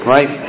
Right